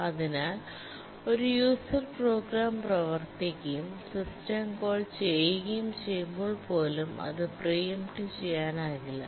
അതിനാൽ ഒരു user program പ്രവർത്തിക്കുകയും സിസ്റ്റം കോൾ ചെയ്യുകയും ചെയ്യുമ്പോൾ പോലും അത് പ്രീ എംപ്ട് ചെയ്യാനാകില്ല